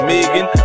Megan